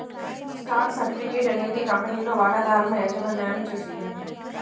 stock certificate అనేది కంపెనీలో వాటాదారుల యాజమాన్యాన్ని సూచిస్తుంది